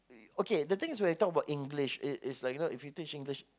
okay the thing is when you talk about English it is like you know if you teach English